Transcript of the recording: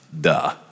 duh